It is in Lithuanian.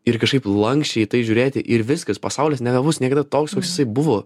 ir kažkaip lanksčiai į tai žiūrėti ir viskas pasaulis nebebus niekada toks koks jisai buvo